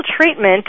treatment